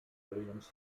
williams